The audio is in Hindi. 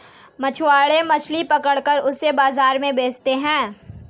मछुआरे मछली पकड़ के उसे बाजार में बेचते है